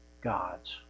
God's